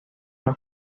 los